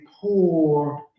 poor